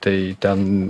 tai ten